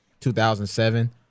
2007